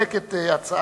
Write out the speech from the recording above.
ינמק את הצעת